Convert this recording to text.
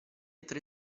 tre